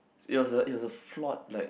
it was a it was a flawed like